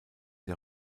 der